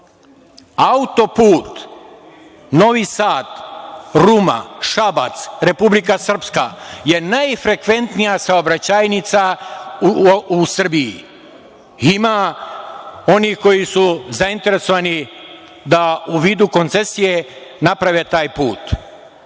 Novi Sad-Ruma-Šabac-Republika Srpska je najfrekventnija saobraćajnica u Srbiji. Ima onih koji su zainteresovani da u vidu koncesije naprave taj put,